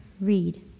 read